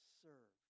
serve